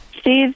Steve